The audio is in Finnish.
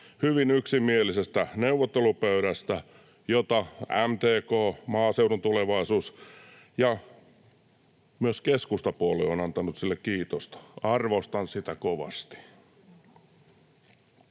hyvin yksimielisestä neuvottelupöydästä, jolle MTK, Maaseudun Tulevaisuus ja myös keskustapuolue on antanut kiitosta. [Keskeltä: Kyllä!] Arvostan sitä kovasti.